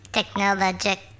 Technologic